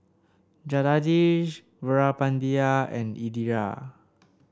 Jagadish Veerapandiya and Indira